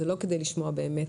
זה לא כדי לשמוע באמת,